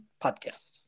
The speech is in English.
podcast